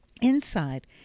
Inside